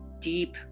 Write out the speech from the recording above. deep